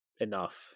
enough